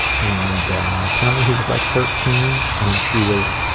and apparently, he was like thirteen, and she was.